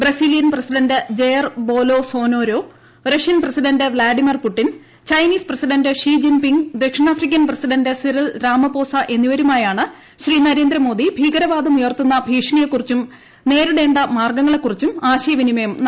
Brazilian president Jair ബൊലോ സൊനാ രോ Russian president Vladimir Putin Chinese president Xi ജിൻ ping ദക്ഷിണാഫ്രിക്കൻ president Cyril റാമാപോസാ എന്നിവരുമായാണ് Shri Narendra Modi ഭീകരവാദം ഉയർത്തുന്നു ഭീഷണിയെക്കുറിച്ചും നേരിടേണ്ട മാർഗ്ഗങ്ങളെക്കുറിച്ചും ആശ്ശി്ച്ച്ചിനിമയം നടത്തിയത്